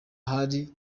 hari